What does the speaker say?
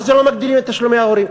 מה זה לא מגדילים את תשלומי ההורים?